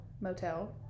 motel